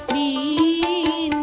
e